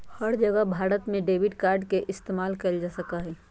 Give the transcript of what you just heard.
हर जगह भारत में debit card के इस्तेमाल कइल जा सका हई